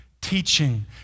teaching